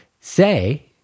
say